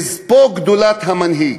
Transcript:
ופה גדולת המנהיג: